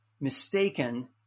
mistaken